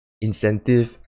incentive